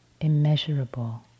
immeasurable